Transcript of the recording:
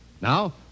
Now